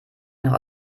nach